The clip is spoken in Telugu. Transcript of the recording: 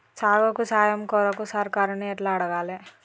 సాగుకు సాయం కొరకు సర్కారుని ఎట్ల అడగాలే?